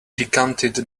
decanted